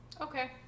okay